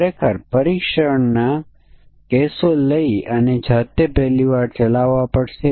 આ આપણે સમકક્ષ વર્ગના પ્રતિનિધિને 0 લીધેલ છે